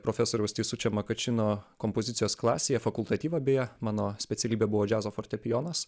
profesoriaus teisučio makačino kompozicijos klasėje fakultatyvą beje mano specialybė buvo džiazo fortepijonas